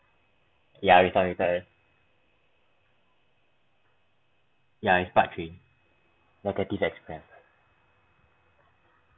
yeah you start first you start first ya it's part three negative experience